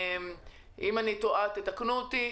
אם אני טועה, תקנו אותי.